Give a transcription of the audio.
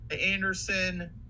anderson